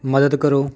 ਮਦਦ ਕਰੋ